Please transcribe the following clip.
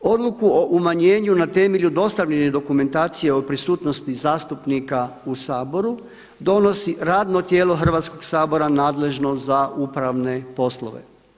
Odluku o umanjenju na temelju dostavljene dokumentacije o prisutnosti zastupnika u Saboru, donosi radno tijelo Hrvatskog sabora nadležno za upravne poslove.